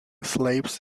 slaves